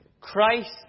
Christ